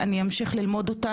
אמשיך ללמוד אותה,